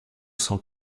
cent